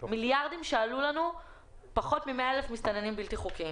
מיליארדי שקלים שעלו לנו פחות מ-100,000 מסתננים בלתי חוקיים.